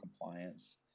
compliance